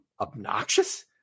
obnoxious